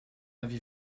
avis